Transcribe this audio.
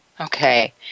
Okay